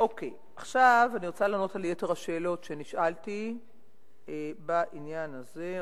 עכשיו אני רוצה לענות על יתר השאלות שנשאלתי בעניין הזה.